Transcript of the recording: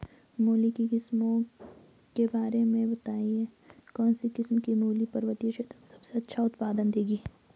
मूली की किस्मों के बारे में बताइये कौन सी किस्म की मूली पर्वतीय क्षेत्रों में सबसे अच्छा उत्पादन देंगी?